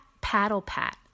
paddle-pat